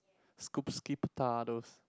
scoop skip potatoes